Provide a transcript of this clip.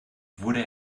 wurde